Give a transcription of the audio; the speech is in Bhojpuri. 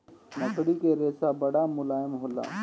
मकड़ी के रेशा बड़ा मुलायम होला